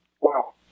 Wow